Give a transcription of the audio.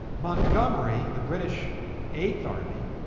montgomery, the british eighth army,